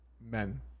men